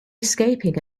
escaping